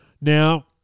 Now